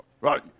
Right